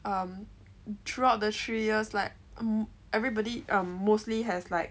um throughout the three years like um everybody um mostly has like